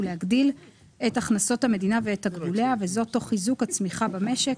ולהגדיל את הכנסות המדינה ואת תקבוליה וזאת תוך חיזוק הצמיחה במשק,